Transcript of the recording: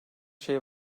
şey